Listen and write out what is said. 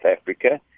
Africa